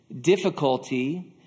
difficulty